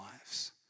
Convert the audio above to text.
lives